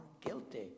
guilty